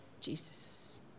Jesus